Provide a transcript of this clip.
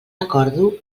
recordo